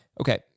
Okay